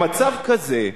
במצב כזה,